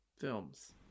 films